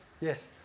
Yes